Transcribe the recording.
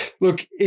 Look